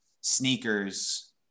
sneakers